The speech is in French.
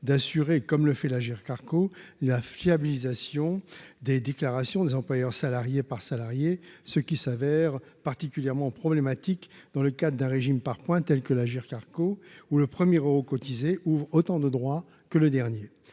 d'assurer, comme le fait l'Agirc-Arrco, la fiabilisation des déclarations des employeurs, salarié par salarié, ce qui se révèle particulièrement problématique dans le cadre d'un régime par points comme l'Agirc-Arrco, où le premier euro cotisé ouvre autant de droits que le dernier.